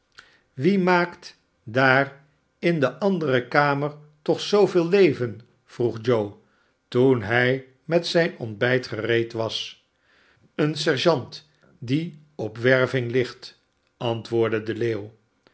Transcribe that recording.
wie maakt daar in de andere kamer toch zooveel leven vroeg joe toen hij met zijn ontbijt gereed was een sergeant die op werving ligt antwoordde de leeuw